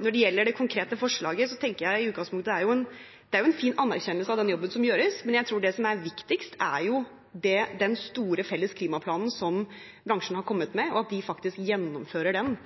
Når det gjelder det konkrete forslaget, tenker jeg i utgangspunktet at det er en fin anerkjennelse av den jobben som gjøres. Men jeg tror at det som er viktigst, er den store felles klimaplanen som bransjen har kommet med – at de faktisk gjennomfører den,